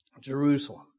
Jerusalem